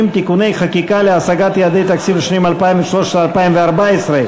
(תיקוני חקיקה להשגת יעדי התקציב לשנים 2013 ו-2014),